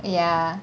ya